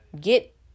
get